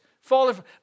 falling